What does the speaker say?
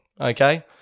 okay